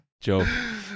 Joe